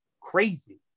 crazy